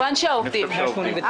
כמובן העובדים.